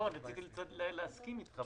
אני רציתי להסכים אתך.